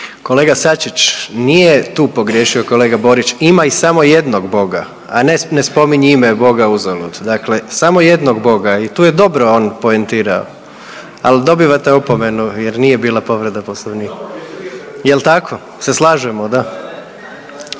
Kolega Sačić, nije tu pogriješio kolega Borić. Ima i samo jednog boga, a ne spominji ime boga uzalud. Dakle, samo jednog boga i tu je dobro on poentirao ali dobivate opomenu jer nije bila povreda Poslovnika. Jel' tako? Se slažemo? Da.